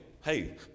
hey